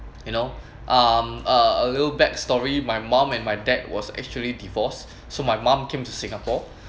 you know um a a little backstory story my mom and my dad was actually divorce so my mum came to singapore